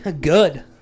good